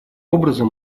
образом